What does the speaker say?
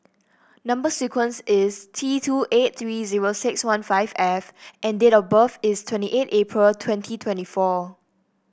number sequence is T two eight three zero six one five F and date of birth is twenty eight April twenty twenty four